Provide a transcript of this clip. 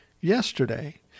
yesterday